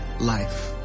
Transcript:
life